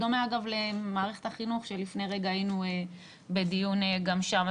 בדומה אגב למערכת החינוך שלפני רגע היינו בדיון גם שם.